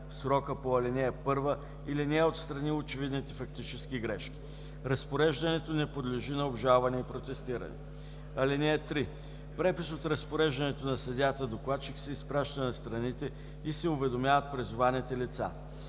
срока по ал. 1 или не е отстранил очевидните фактически грешки. Разпореждането не подлежи на обжалване и протестиране. (3) Препис от разпореждането на съдията-докладчик се изпраща на страните и се уведомяват призованите лица.“